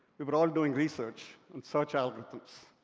we were all doing research on search algorithms.